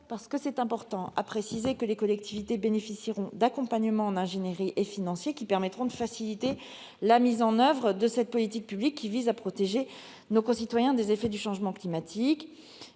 égard- c'est important -que les collectivités bénéficieront d'accompagnements financiers et en ingénierie, lesquels permettront de faciliter la mise en oeuvre de cette politique publique visant à protéger nos concitoyens des effets du changement climatique.